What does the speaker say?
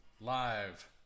live